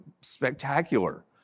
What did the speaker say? spectacular